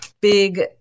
big